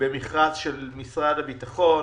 במכרז של משרד הביטחון.